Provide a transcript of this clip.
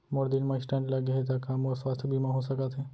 मोर दिल मा स्टन्ट लगे हे ता का मोर स्वास्थ बीमा हो सकत हे?